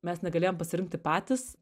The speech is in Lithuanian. mes negalėjom pasirinkti patys